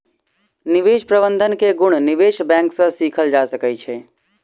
निवेश प्रबंधन के गुण निवेश बैंक सॅ सीखल जा सकै छै